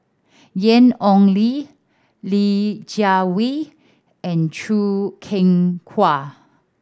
Ian Ong Li Li Jiawei and Choo Keng Kwang